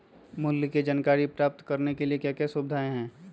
मूल्य के जानकारी प्राप्त करने के लिए क्या क्या सुविधाएं है?